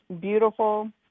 beautiful